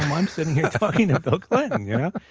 i'm sitting here talking to bill clinton! yeah